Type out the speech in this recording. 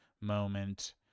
moment